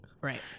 right